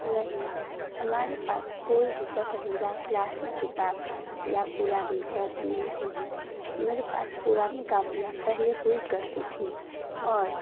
नहीं हमारे पास कोई भी पसंदीदा क्लासिक किताब या पुरानी कॉपी नहीं है मेरे पास पुरानी कापियाँ पहले हुई करती थी और